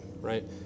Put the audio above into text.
right